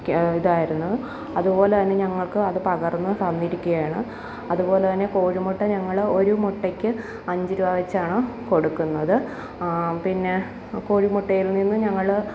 ഇതായിരുന്നു അതുപോലെ തന്നെ ഞങ്ങള്ക്കും അതു പകര്ന്നു തന്നിരിക്കുകയാണ് അതുപോലെ തന്നെ കോഴിമുട്ട ഞങ്ങൾ ഒരു മുട്ടയ്ക്ക് അഞ്ചു രൂപ വെച്ചാണ് കൊടുക്കുന്നത് പിന്നെ കോഴി മുട്ടയിൽ നിന്നു ഞങ്ങൾ